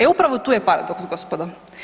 E, upravo tu je paradoks, gospodo.